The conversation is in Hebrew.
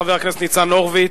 חבר הכנסת ניצן הורוביץ,